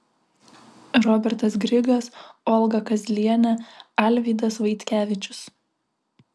robertas grigas olga kazlienė alvydas vaitkevičius